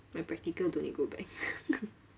my practical don't need to go back